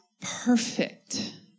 Perfect